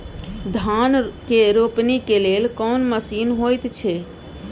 धान के रोपनी के लेल कोन मसीन होयत छै?